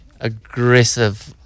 aggressive